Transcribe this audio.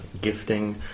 gifting